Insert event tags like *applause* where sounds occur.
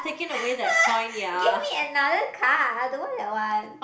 *noise* give me another card I don't want that one